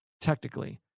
technically